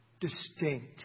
distinct